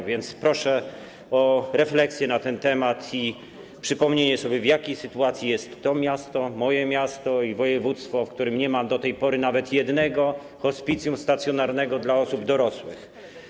A więc proszę o refleksję na ten temat i przypomnienie sobie, w jakiej sytuacji jest to miasto, moje miasto, i województwo, w którym nie ma do tej pory nawet jednego hospicjum stacjonarnego dla osób dorosłych.